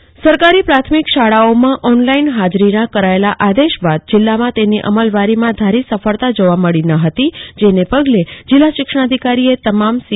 શાળાઓમાં ઓનલાઈન હાજરી સરકારી પ્રાથમિક શાળાઓમાં ઓનલાઈન હાજરીના કરાયેલા આદેશ બાદ જિલ્લામાં તેની અમલવારીમાં ધારી સફળતા જોવા મળી ન હતી જેને પગલે જિલ્લા શિક્ષણાધિકારીએ તમામ સી